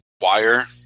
wire